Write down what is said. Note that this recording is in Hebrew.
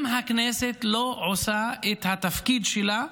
גם הכנסת לא עושה את התפקיד שלה,